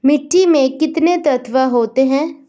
मिट्टी में कितने तत्व होते हैं?